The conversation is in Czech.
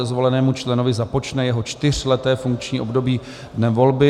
Zvolenému členovi započne jeho čtyřleté funkční období dnem volby.